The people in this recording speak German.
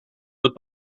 wird